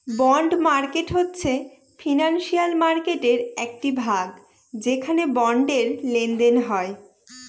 bond market হচ্ছে financial মার্কেটের একটি ভাগ যেখানে বন্ডের লেনদেন হয়